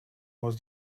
was